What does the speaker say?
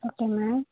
okay ma'am